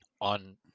on